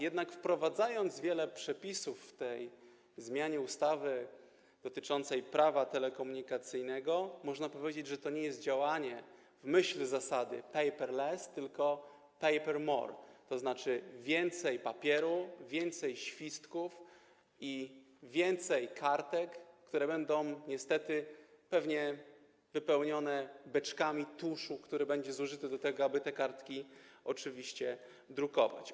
Jednak wprowadzanie wielu przepisów w tej zmianie ustawy dotyczącej Prawa telekomunikacyjnego, można powiedzieć, to jest działanie nie w myśl zasady paperless, tylko papermore, to znaczy więcej papieru, więcej świstków i więcej kartek, które będą niestety pewnie wypełnione beczkami tuszu, jaki będzie zużyty do tego, aby te kartki zadrukować.